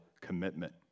commitment